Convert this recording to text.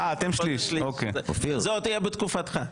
זה יהיה עוד בתקופתך.